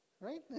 Right